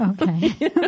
Okay